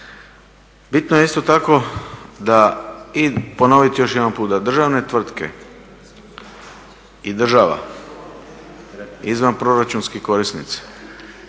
Bitno je isto tako da i ponoviti još jedanput da državne tvrtke i država izvan proračunski korisnici